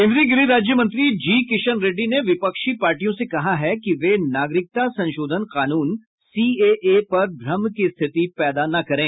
केन्द्रीय गृह राज्य मंत्री जी किशन रेड्डी ने विपक्षी पार्टियों से कहा है कि वे नागरिकता संशोधन कानून सीएए पर भ्रम की स्थिति पैदा न करें